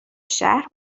شهر